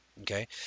Okay